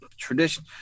tradition